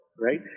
right